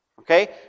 Okay